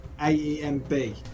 AEMB